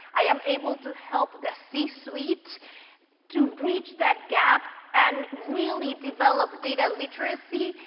i am able to help the c-suite to breach that gap and really develop data literacy,